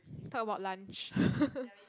talk about lunch